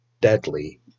deadly